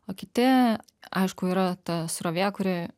o kiti aišku yra ta srovė kuri